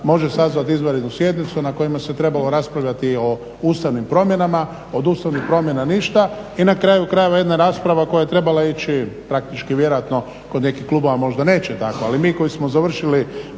može sazvati izvanrednu sjednicu na kojima se trebalo raspravljali o ustavnim promjenama. Od ustavnih promjena ništa i na kraju krajeva jedna rasprava koja je trebala ići praktički vjerojatno kod nekih klubova možda neće tako ali mi koji smo završili